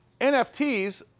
NFTs